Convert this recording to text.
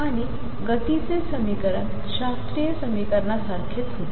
आणि गतीचे समीकरण शास्त्रीय समीकरणासारखेच होते